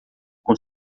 com